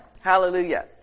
Hallelujah